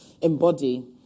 embody